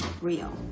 real